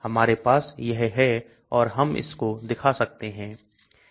हमारे पास यह है और हम इस को दिखा सकते हैं